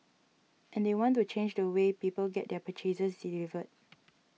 and they want to change the way people get their purchases delivered